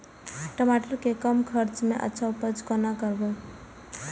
टमाटर के कम खर्चा में अच्छा उपज कोना करबे?